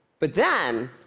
but then,